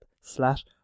slash